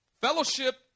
Fellowship